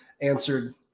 answered